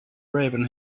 raven